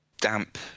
damp